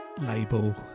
label